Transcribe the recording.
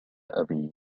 أبي